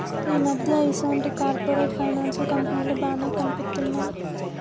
ఈ మధ్య ఈసొంటి కార్పొరేట్ ఫైనాన్స్ కంపెనీలు బానే కనిపిత్తున్నయ్